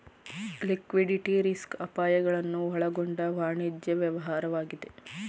liquidity risk ಅಪಾಯಗಳನ್ನು ಒಳಗೊಂಡ ವಾಣಿಜ್ಯ ವ್ಯವಹಾರವಾಗಿದೆ